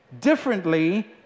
differently